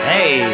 Hey